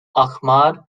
ahmad